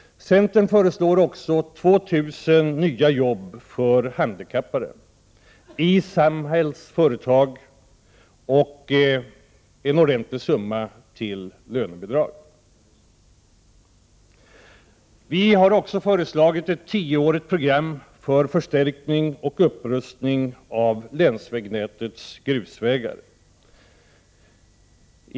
Centern föreslår också dels 2 000 nya jobb för handikappade i dels Samhällsföretag, dels en ordentlig summa till lönebidrag. Vi har föreslagit ett tioårigt program för förstärkning och upprustning av länsvägnätets grusvägar.